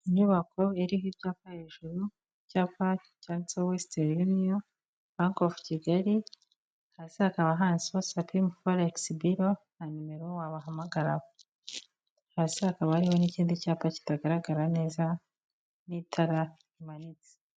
Inyubako iriho icyapa hejuru, icyapa cyanditseho Western union, Bank of Kigali, hasi hakaba handitseho Sapim forex burearu na numero wabahamagaraho, hasi hakaba hariho n'ikindi cyapa kitagaragara neza n'itara rimanitse.